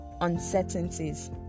uncertainties